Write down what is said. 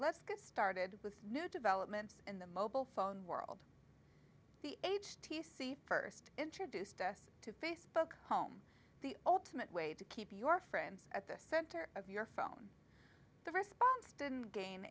let's get started with new developments in the mobile phone world the age t c first introduced us to facebook home the ultimate way to keep your friends at the center of your phone the response didn't ga